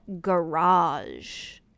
garage